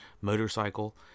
motorcycle